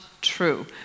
true